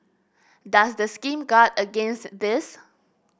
does the scheme guard against this